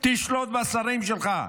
תשלוט בשרים שלך.